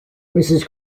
mrs